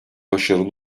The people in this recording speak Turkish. başarılı